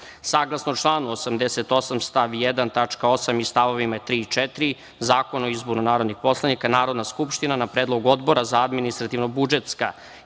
1. tačka 8) i stavovima 3. i 4. Zakona o izboru narodnih poslanika, Narodna skupština, na predlog Odbora za administrativno-budžetska